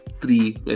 three